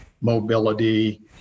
mobility